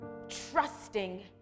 trusting